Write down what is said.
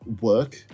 work